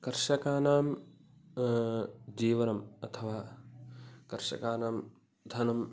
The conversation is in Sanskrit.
कर्षकाणां जीवनम् अथवा कर्षकाणां धनम्